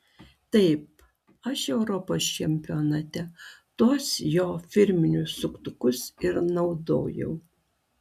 taip aš europos čempionate tuos jo firminius suktukus ir naudojau